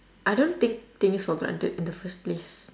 I don't take things for granted in the first place